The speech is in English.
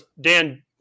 Dan